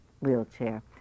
wheelchair